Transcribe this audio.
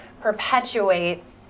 perpetuates